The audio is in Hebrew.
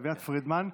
אביעד פרידמן.